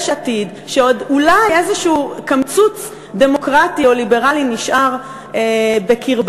עתיד שעוד אולי איזשהו קמצוץ דמוקרטי או ליברלי נשאר בקרבם?